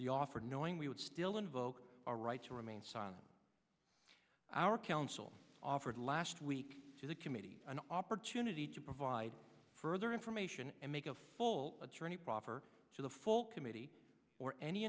the offer knowing we would still invoke our right to remain silent our counsel offered last week to the committee an opportunity to provide further information and make a full attorney proffer to the full committee or any